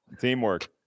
Teamwork